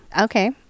okay